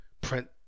print